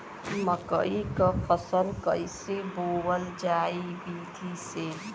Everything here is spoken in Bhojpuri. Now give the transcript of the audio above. मकई क फसल कईसे बोवल जाई विधि से?